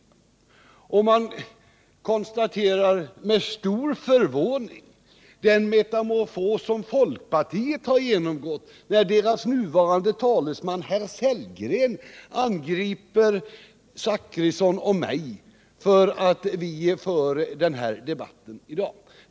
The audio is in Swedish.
Med stor förvåning konstaterar man den metamorfos som folkpartiet har genomgått när dess nuvarande talesman herr Sellgren angriper herr Zachrisson och mig för att vi tar upp denna debatt i dag.